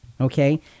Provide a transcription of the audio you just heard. okay